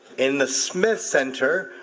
in the smith center,